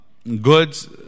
Goods